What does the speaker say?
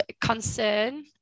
concern